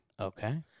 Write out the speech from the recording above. Okay